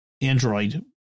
Android